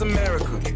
America